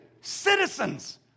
Citizens